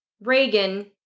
Reagan